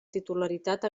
titularitat